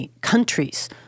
countries